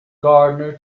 gardener